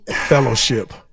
Fellowship